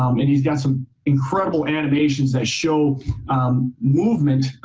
um and he's got some incredible animations that show movement,